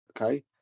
Okay